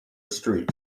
street